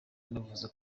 nabivuze